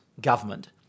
government